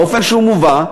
באופן שהוא מובא,